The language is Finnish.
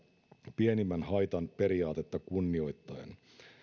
pienimmän haitan periaatetta kunnioittaen